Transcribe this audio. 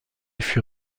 fut